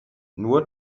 nur